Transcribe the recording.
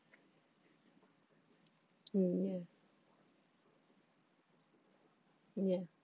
mm ya ya